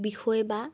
বিষয়ে বা